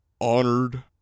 honored